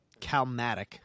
Calmatic